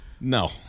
No